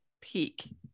peak